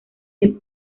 del